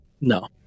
no